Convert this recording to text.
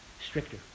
stricter